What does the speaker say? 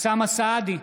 אוסאמה סעדי,